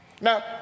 Now